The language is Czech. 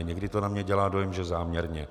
Někdy to na mě dělá dojem, že záměrně.